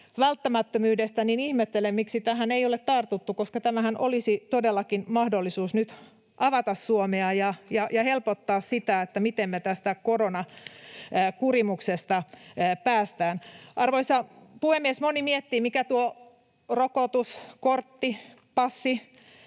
ihmettelen, miksi tähän ei ole tartuttu, koska tämähän olisi todellakin mahdollisuus nyt avata Suomea ja helpottaa sitä, miten me tästä koronakurimuksesta päästään. Arvoisa puhemies! Moni miettii, mikä tuo rokotuskortti, ‑passi,